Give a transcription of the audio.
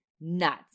nuts